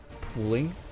pooling